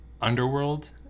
Underworld